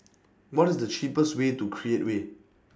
What IS The cheapest Way to Create Way